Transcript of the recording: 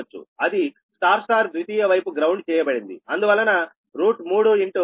అది Y Y ద్వితీయ వైపు గ్రౌండ్ చేయబడింది అందువలన 3696